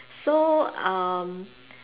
so um